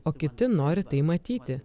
o kiti nori tai matyti